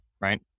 right